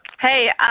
Hey